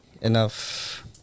enough